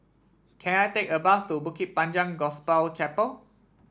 can I take a bus to Bukit Panjang Gospel Chapel